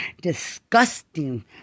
disgusting